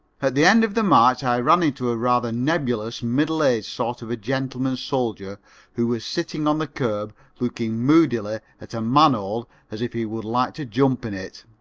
at the end of the march i ran into a rather nebulous, middle-aged sort of a gentleman soldier who was sitting on the curb looking moodily at a manhole as if he would like to jump in it.